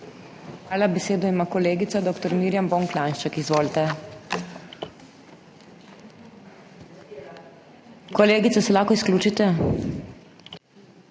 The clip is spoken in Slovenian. Hvala. Besedo ima kolegica dr. Mirjam Bon Klanjšček. Izvolite. Kolegica, se lahko izključite?